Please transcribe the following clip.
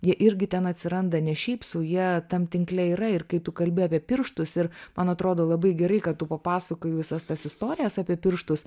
jie irgi ten atsiranda ne šiaip sau jie tam tinkle yra ir kai tu kalbi apie pirštus ir man atrodo labai gerai kad tu papasakojai visas tas istorijas apie pirštus